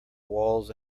walls